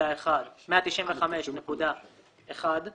יהיה 195.1%